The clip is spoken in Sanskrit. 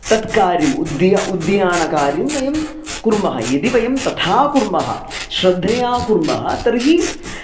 तत्कार्यम् उद्ध्य उद्यानकार्यं वयं कुर्मः यदि वयं तथा कुर्मः श्रद्धया कुर्मः तर्हि